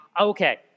Okay